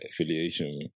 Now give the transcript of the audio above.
Affiliation